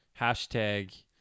hashtag